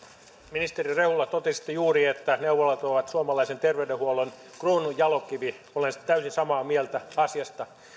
ministeri rehula totesitte juuri että neuvolat ovat suomalaisen terveydenhuollon kruununjalokivi olen täysin samaa mieltä asiasta